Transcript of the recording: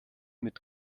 mit